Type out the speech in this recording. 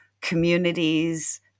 communities